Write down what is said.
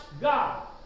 God